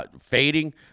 fading